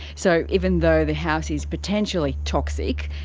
so even though the house is potentially toxic,